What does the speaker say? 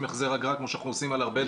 החזר אגרה כמו שאנחנו עושים על הרבה דברים.